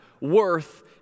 Worth